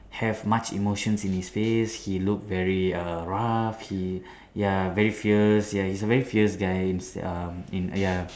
have much emotions in his face he look very err rough he ya very fierce ya he's a very fierce guy um in ya